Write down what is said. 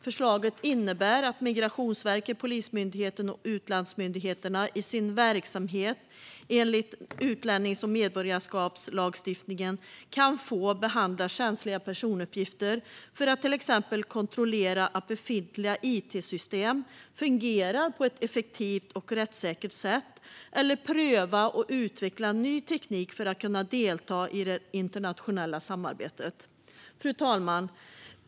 Förslaget innebär att Migrationsverket, Polismyndigheten och utlandsmyndigheterna i sin verksamhet enligt utlännings och medborgarskapslagstiftningen kan få behandla känsliga personuppgifter för att till exempel kontrollera att befintliga it-system fungerar på ett effektivt och rättssäkert sätt eller pröva och utveckla ny teknik för att kunna delta i det internationella samarbetet. Fru talman!